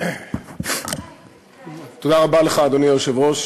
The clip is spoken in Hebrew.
אדוני היושב-ראש,